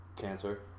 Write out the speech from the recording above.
Cancer